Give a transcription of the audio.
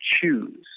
choose